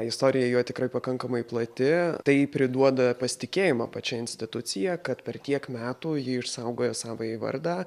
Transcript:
istorija jo tikrai pakankamai plati tai priduoda pasitikėjimą pačia institucija kad per tiek metų ji išsaugojo savąjį vardą